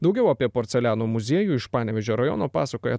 daugiau apie porceliano muziejų iš panevėžio rajono pasakoja